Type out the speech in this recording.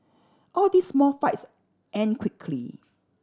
all these small fights end quickly